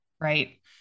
right